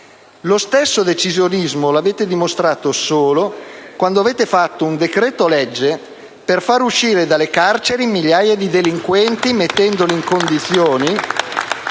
Lo stesso decisionismo l'avete dimostrato solo quando avete fatto un decreto-legge per far uscire dalle carceri migliaia di delinquenti *(Applausi dal